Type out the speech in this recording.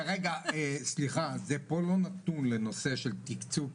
חשוב מאוד שהנושא של הקמת המרכז כן יהיה בחקיקה,